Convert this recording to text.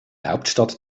hauptstadt